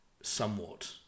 somewhat